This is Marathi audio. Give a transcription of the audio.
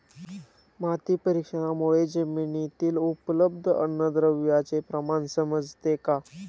माती परीक्षणामुळे जमिनीतील उपलब्ध अन्नद्रव्यांचे प्रमाण समजते का?